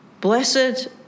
Blessed